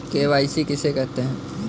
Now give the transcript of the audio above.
KYC किसे कहते हैं?